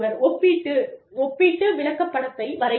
ஒப்பீட்டு விளக்கப்படத்தை வரையலாம்